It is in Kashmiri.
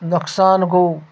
نۄقصان گوٚو